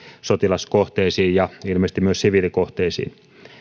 sotilaskohteisiin ja ilmeisesti myös siviilikohteisiin